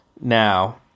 now